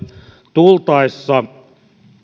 tultaessa